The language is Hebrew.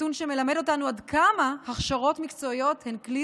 נתון שמלמד אותנו עד כמה הכשרות מקצועיות הן כלי